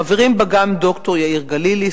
חברים בה גם ד"ר יאיר גלילי,